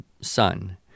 son